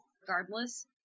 regardless